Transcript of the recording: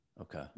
Okay